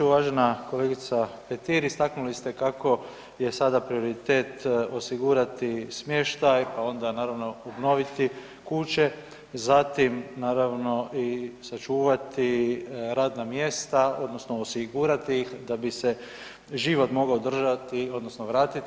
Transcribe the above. Uvažena kolegice Petir istaknuli ste kako je sada prioritet osigurati smještaj, pa onda naravno obnoviti kuće, zatim naravno i sačuvati radna mjesta odnosno osigurati ih da bi se život mogao držati odnosno vratiti.